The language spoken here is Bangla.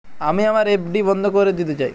আমি আমার এফ.ডি বন্ধ করে দিতে চাই